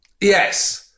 yes